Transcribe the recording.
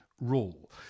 rule